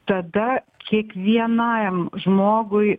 tada kiekvienam žmogui